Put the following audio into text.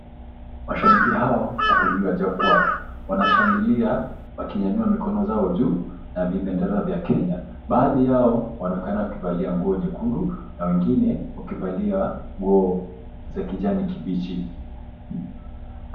Mashabiki hawa wako juu ya jukwaa. Wanashangilia wakinyanyua mikono zao juu na vibendera vya Kenya. Baadhi yao wanaonekana kuvalia nguo nyekundu na wengine wakivalia nguo za kijani kibichi.